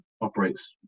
operates